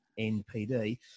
NPD